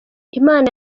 imana